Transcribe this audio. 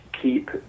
keep